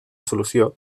solució